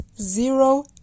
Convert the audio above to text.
zero